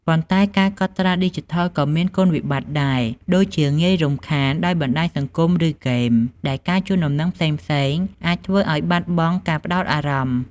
ប៉ុន្តែការកត់ត្រាឌីជីថលក៏មានគុណវិបត្តិដែរ ដូចជា ងាយរំខាន ដោយបណ្ដាញសង្គមឬហ្គេម ដែលការជូនដំណឹងផ្សេងៗអាចធ្វើឱ្យបាត់បង់ការផ្ដោតអារម្មណ៍។